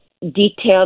detailed